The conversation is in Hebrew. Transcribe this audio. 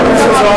חברת הכנסת זוארץ.